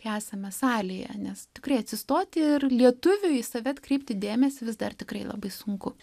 esame salėje nes tikrai atsistoti ir lietuviui į save atkreipti dėmesį vis dar tikrai labai sunku